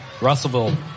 Russellville